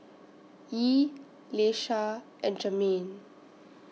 Yee Leisha and Jermain